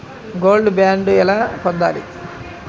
Gold bond ఎలా పొందాలి?